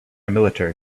military